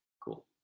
Cool